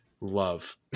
love